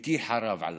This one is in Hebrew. ביתי חרב עליי.